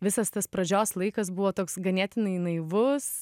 visas tas pradžios laikas buvo toks ganėtinai naivus